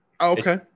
okay